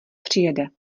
přijede